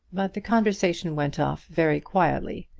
but the conversation went off very quietly.